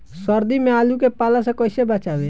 सर्दी में आलू के पाला से कैसे बचावें?